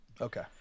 Okay